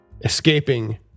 Escaping